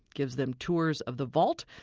gives them tours of the vault,